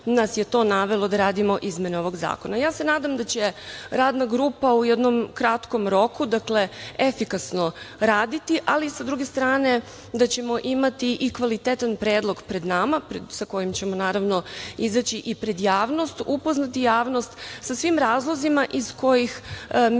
nas je to navelo da radimo izmene ovog zakona. Ja se nadam da će radna grupa u jednom kratkom roku efikasno raditi, ali sa druge strane da ćemo imati i kvalitetan predlog nama, sa kojim ćemo naravno izaći i pred javnost, upoznati javnost sa svim razlozima iz kojih mi